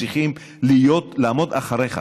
צריכים לעמוד מאחוריך